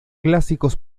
clásicos